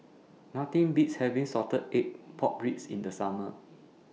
Nothing Beats having Salted Egg Pork Ribs in The Summer